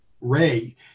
ray